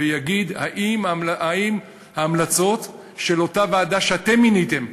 ויגיד האם ההמלצות של אותה ועדה שאתם מיניתם,